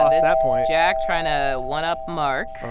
lost that point jack trying to one-up mark.